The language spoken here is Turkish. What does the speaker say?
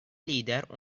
lider